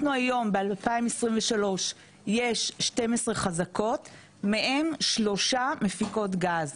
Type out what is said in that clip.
אנחנו היום ב-2023 יש 12 חזקות מהן שלושה מפיקות גז,